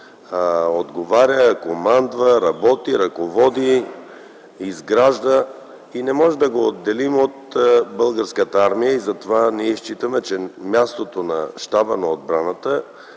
отговаря, командва, работи, ръководи, изгражда, и не можем да го отделим от Българската армия. Затова ние считаме, че мястото на Щаба на отбраната